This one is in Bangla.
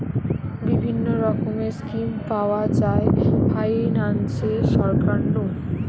বিভিন্ন রকমের স্কিম পাওয়া যায় ফাইনান্সে সরকার নু